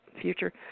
future